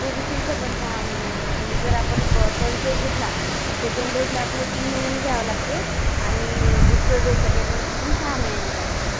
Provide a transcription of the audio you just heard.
कोविशिल्डचं पण सहा महिन्यानी म्हणजे जर आपण फ फस्ट डोस घेतला सेकंड डोजला आपल्याला तीन महिन्यानी घ्यावं लागते आणि बूस्टर डोजसाठी आपल्याला तिथून सहा महिन्यानी घ्यावं लागते